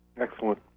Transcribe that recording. Excellent